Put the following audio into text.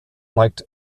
liked